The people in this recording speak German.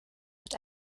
mit